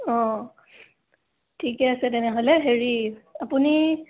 অঁ ঠিকে আছে তেনেহ'লে হেৰি আপুনি